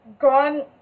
gone